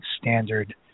standard